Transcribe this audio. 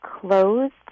closed